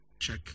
check